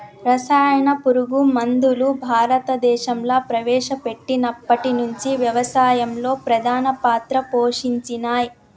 రసాయన పురుగు మందులు భారతదేశంలా ప్రవేశపెట్టినప్పటి నుంచి వ్యవసాయంలో ప్రధాన పాత్ర పోషించినయ్